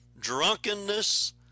drunkenness